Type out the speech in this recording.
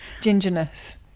gingerness